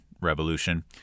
Revolution